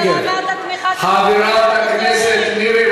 אתה מוכן לדבר רק כשאתה מדבר,